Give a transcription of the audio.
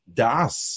das